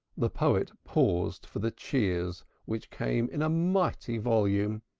the poet paused for the cheers which came in a mighty volume.